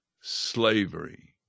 slavery